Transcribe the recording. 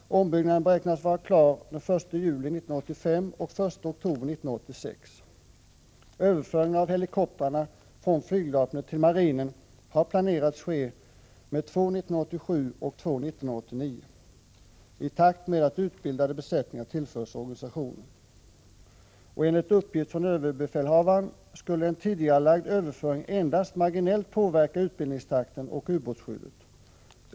Ombyggnaden beräknas vara klar den 1 juli 1985 och den 1 oktober 1986. Överföring av helikoptrarna från flygvapnet till marinen har planerats ske med två stycken 1987 och två under 1989, i takt med att utbildade besättningar tillförs organisationen. Enligt uppgift från överbefälhavaren skulle en tidigarelagd överföring endast marginellt påverka utbildningstakten och ubåtsskyddet.